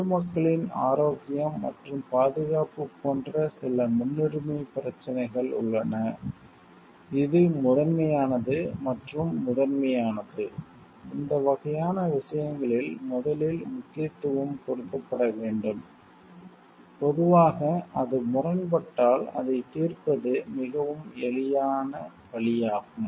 பொது மக்களின் ஆரோக்கியம் மற்றும் பாதுகாப்பு போன்ற சில முன்னுரிமைப் பிரச்சினைகள் உள்ளன இது முதன்மையானது மற்றும் முதன்மையானது இந்த வகையான விஷயங்களில் முதலில் முக்கியத்துவம் கொடுக்கப்பட வேண்டும் பொதுவாக அது முரண்பட்டால் அதைத் தீர்ப்பது மிகவும் எளிதான வழியாகும்